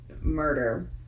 murder